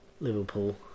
Liverpool